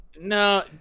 No